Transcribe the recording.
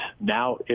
now